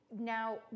Now